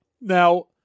Now